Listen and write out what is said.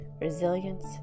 resilience